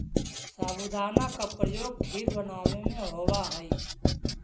साबूदाना का प्रयोग खीर बनावे में होवा हई